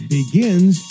begins